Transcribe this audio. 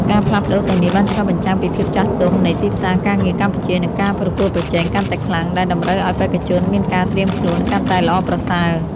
ការផ្លាស់ប្ដូរទាំងនេះបានឆ្លុះបញ្ចាំងពីភាពចាស់ទុំនៃទីផ្សារការងារកម្ពុជា និងការប្រកួតប្រជែងកាន់តែខ្លាំង ដែលតម្រូវឲ្យបេក្ខជនមានការត្រៀមខ្លួនកាន់តែល្អប្រសើរ។